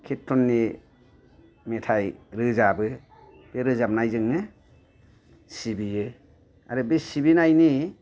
किरटननि मेथाइ रोजाबो बे रोजाबनायजोंनो सिबियो आरो बे सिबिनायनि